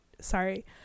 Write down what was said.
sorry